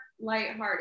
lighthearted